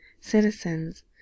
citizens